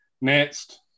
Next